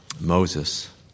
Moses